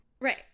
right